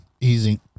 Easy